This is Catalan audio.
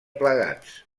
plegats